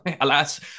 Alas